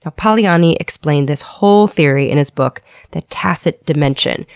ah polanyi explained this whole theory in his book the tacit dimension,